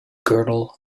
girdle